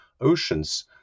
oceans